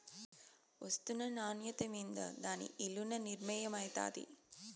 ఒస్తున్న నాన్యత మింద దాని ఇలున నిర్మయమైతాది